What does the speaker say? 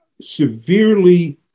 severely